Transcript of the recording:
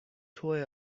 توئه